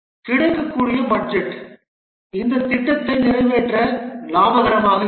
கிடைக்கக்கூடிய பட்ஜெட் இந்த திட்டத்தை நிறைவேற்ற லாபகரமாக இருக்கும்